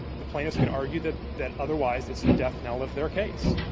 the plaintiffs can argue that that, otherwise, it's the death-knell of their case.